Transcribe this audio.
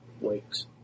wakes